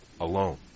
alone